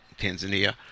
Tanzania